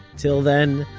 till then,